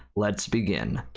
let's begin!